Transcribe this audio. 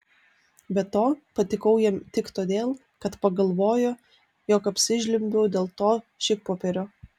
be to patikau jam tik todėl kad pagalvojo jog apsižliumbiau dėl to šikpopierio